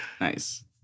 Nice